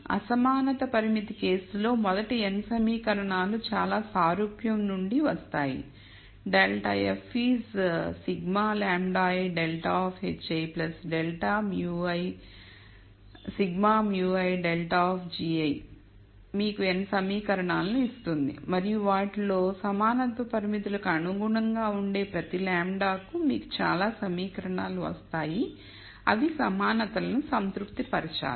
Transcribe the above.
అసమానత పరిమితి కేసులో మొదటి n సమీకరణాలు చాలా సారూప్య రూపం నుండి వస్తాయి ∇ f is σ λi ∇ of hi σ μi ∇ of gi మీకు n సమీకరణాలను ఇస్తుంది మరియు వాటిలో సమానత్వ పరిమితులకు అనుగుణంగా ఉండే ప్రతి λ కు మీకు చాలా సమీకరణాలు వస్తాయి అవి సమానతలను సంతృప్తి పరచాలి